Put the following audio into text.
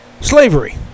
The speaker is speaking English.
slavery